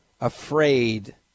afraid